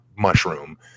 mushroom